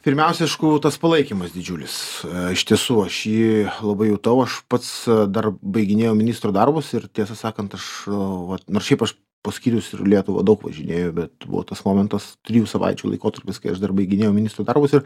pirmiausia aišku tas palaikymas didžiulis iš tiesų aš jį labai jutau aš pats dar baiginėjau ministro darbus ir tiesą sakant aš vat nors šiaip aš po skyrius ir lietuvą daug važinėju bet buvo tas momentas trijų savaičių laikotarpis kai aš dar baiginėjau ministro darbus ir